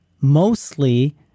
mostly